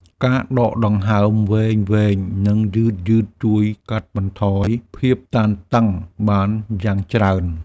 ការដកដង្ហើមវែងៗ និងយឺតៗ ជួយកាត់បន្ថយភាពតានតឹងបានយ៉ាងច្រើន។